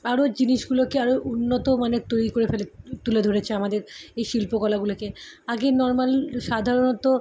আরও জিনিসগুলোকে আরও উন্নতমানের তৈরি করে ফেলে তুলে ধরেছে আমাদের এই শিল্পকলাগুলোকে আগে নর্মাল সাধারণত